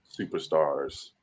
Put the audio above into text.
superstars